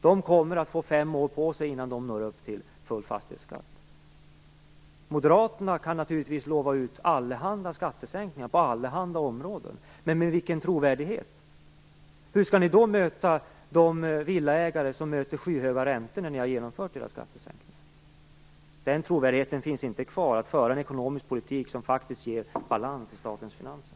De kommer att få fem år på sig innan de når upp till full fastighetsskatt. Moderaterna kan naturligtvis lova ut allehanda skattesänkningar på allehanda områden. Med vilken trovärdighet? Hur skall ni då möta de villaägare som får skyhöga räntor när ni har genomfört era skattesänkningar? Den trovärdigheten finns inte kvar när det gäller att föra en ekonomisk politik som faktiskt ger balans i statens finanser.